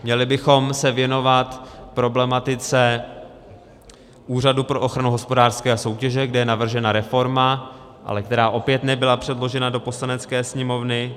Měli bychom se věnovat problematice Úřadu pro ochranu hospodářské soutěže, kde je navržena reforma, která ale opět nebyla předložena do Poslanecké sněmovny.